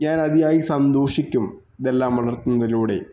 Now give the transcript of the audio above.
ഞാന് അതിയായി സന്തോഷിക്കും ഇതെല്ലാം വളര്ത്തുന്നതിലൂടെ